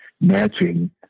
matching